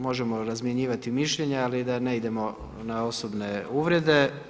Možemo razmjenjivati mišljenja, ali da ne idemo na osobne uvrede.